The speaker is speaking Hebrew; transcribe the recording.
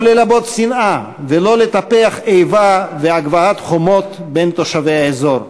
לא ללבות שנאה ולא לטפח איבה והגבהת חומות בין תושבי האזור,